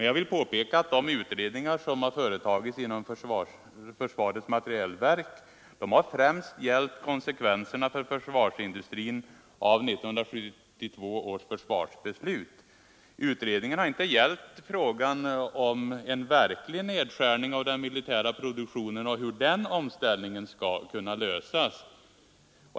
Jag vill påpeka att de utredningar som genomförts av försvarets materielverk främst har gällt konsekvenserna för försvarsindustrin av 1972 års försvarsbeslut. Utredningen har inte gällt frågan om en verklig nedskärning av den militära produktionen och hur denna omställning skall kunna lösas.